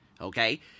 Okay